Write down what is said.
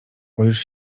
boisz